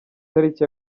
tariki